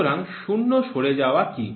সুতরাং শূন্য সরে যাওয়া কি